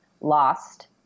lost